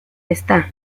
está